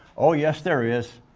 oh, yes, there is.